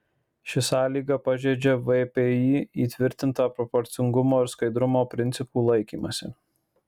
ši sąlyga pažeidžia vpį įtvirtintą proporcingumo ir skaidrumo principų laikymąsi